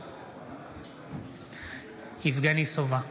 בהצבעה יבגני סובה,